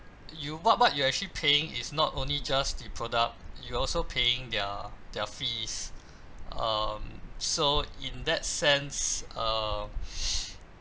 you what what you're actually paying is not only just the product you're also paying their their fees um so in that sense err